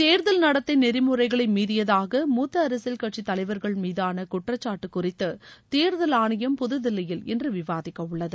தேர்தல் நடத்தை நெறிமுறைகளை மீறியதாக மூத்த அரசியல் கட்சி தலைவர்கள் மீதாள குற்றசாட்டு குறித்து தேர்தல் ஆணையம் புதுதில்லியில் இன்று விவாதிக்க உள்ளது